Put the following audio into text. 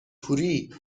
کوری